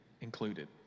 included